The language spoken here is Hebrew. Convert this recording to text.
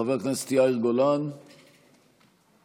חבר הכנסת יאיר גולן, איננו.